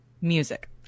music